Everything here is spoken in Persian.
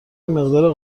مقدار